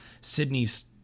Sydney's